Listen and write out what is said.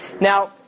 Now